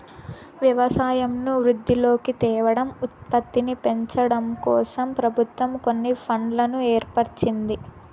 వ్యవసాయంను వృద్ధిలోకి తేవడం, ఉత్పత్తిని పెంచడంకోసం ప్రభుత్వం కొన్ని ఫండ్లను ఏర్పరిచింది